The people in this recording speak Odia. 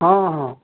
ହଁ ହଁ